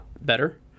better